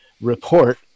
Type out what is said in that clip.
report